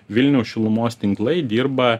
vilniaus šilumos tinklai dirba